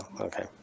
Okay